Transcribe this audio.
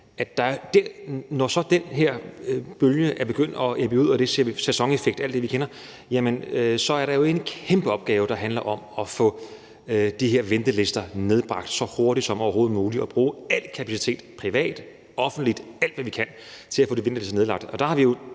når så den her bølge er begyndt at ebbe ud i forhold til sæsoneffekter og alt det, vi kender, så er der jo en kæmpeopgave, der handler om at få de her ventelister nedbragt så hurtigt som overhovedet muligt og bruge al kapacitet – privat, offentligt, alt, hvad vi kan – til at få de ventelister nedbragt.